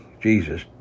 Jesus